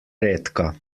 redka